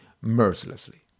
Mercilessly